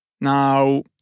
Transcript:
Now